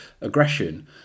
aggression